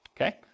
okay